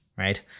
right